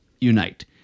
unite